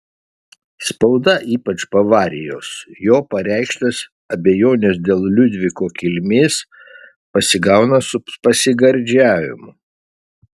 spauda ypač bavarijos jo pareikštas abejones dėl liudviko kilmės pasigauna su pasigardžiavimu